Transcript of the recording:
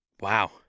Wow